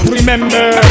Remember